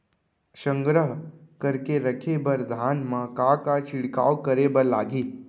संग्रह करके रखे बर धान मा का का छिड़काव करे बर लागही?